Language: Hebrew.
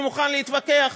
אני מוכן להתווכח.